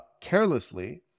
carelessly